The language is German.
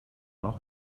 noch